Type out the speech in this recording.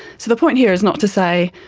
so the point here is not to say,